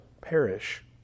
perish